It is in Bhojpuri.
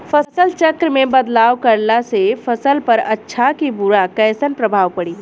फसल चक्र मे बदलाव करला से फसल पर अच्छा की बुरा कैसन प्रभाव पड़ी?